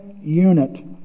unit